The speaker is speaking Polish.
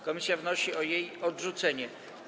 Komisja wnosi o jej odrzucenie.